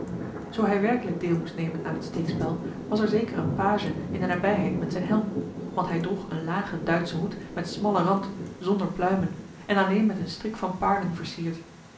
zoo hij werkelijk deel moest nemen aan het steekspel was er zeker een page in de nabijheid met zijn helm want hij droeg een lagen duitschen hoed met smallen rand zonder pluimen en alleen met een strik van